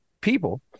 people